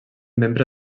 membre